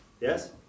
Yes